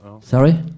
Sorry